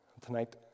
Tonight